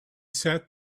sat